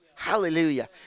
Hallelujah